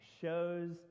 Shows